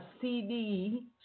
CD